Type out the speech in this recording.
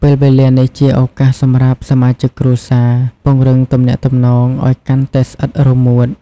ពេលវេលានេះជាឱកាសសម្រាប់សមាជិកគ្រួសារ ពង្រឹងទំនាក់ទំនង ឱ្យកាន់តែស្អិតរមួត ។